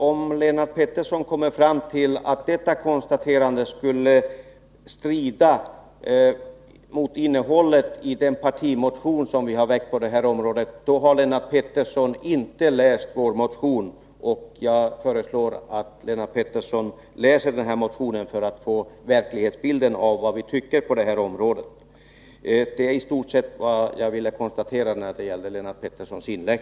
Om Lennart Pettersson kommer fram till att detta konstaterande skulle strida mot innehållet i den partimotion som vi har väckt på detta område, har Lennart Pettersson inte läst vår motion. Jag föreslår att han läser den för att få en verklighetsbild av våra åsikter på detta område. Detta var vad jag ville kommentera i Lennart Petterssons inlägg.